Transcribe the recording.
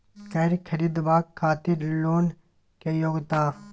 कैर खरीदवाक खातिर लोन के योग्यता?